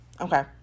Okay